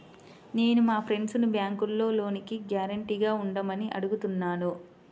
నేను మా ఫ్రెండ్సుని బ్యేంకులో లోనుకి గ్యారంటీగా ఉండమని అడుగుతున్నాను